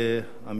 עמיתי,